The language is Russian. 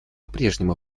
прежнему